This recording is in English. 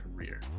career